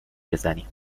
بزنی